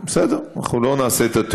אני יכולה להתאים את זה